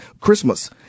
christmas